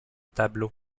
tableaux